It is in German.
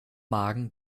magen